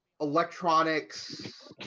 electronics